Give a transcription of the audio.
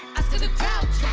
the couch,